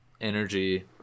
energy